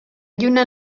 lluna